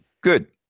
Good